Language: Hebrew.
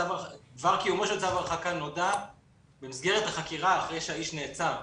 דבר קיומו של צו הרחקה נודע במסגרת החקירה אחרי שהאיש נעצר.